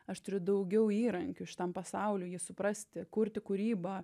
aš turiu daugiau įrankių šitam pasauliui jį suprasti kurti kūrybą